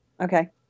Okay